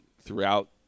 throughout